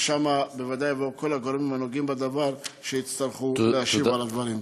ושם בוודאי כל הגורמים הנוגעים בדבר יצטרכו להשיב על הדברים.